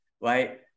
right